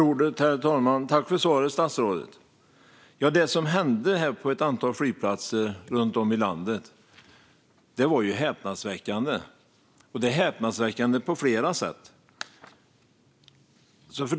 Herr talman! Tack för svaret, statsrådet. Det som hände på ett antal flygplatser runt om i landet var häpnadsväckande. Det är häpnadsväckande på flera sätt.